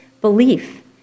belief